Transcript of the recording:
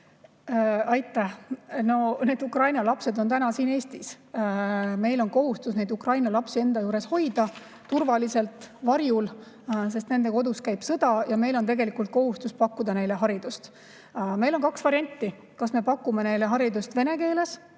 Aitäh! No need Ukraina lapsed on siin, Eestis. Meil on kohustus Ukraina lapsi enda juures hoida turvaliselt varjul, sest nende kodus käib sõda, ja meil on kohustus pakkuda neile haridust. Meil on kaks varianti: kas me pakume neile haridust vene keeles